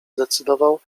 zdecydował